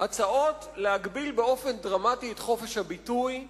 הצעות להגביל באופן דרמטי את חופש הביטוי,